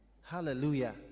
hallelujah